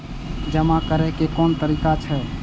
जमा करै के कोन तरीका छै?